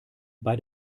bei